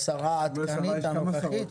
השרה העדכנית הנוכחית?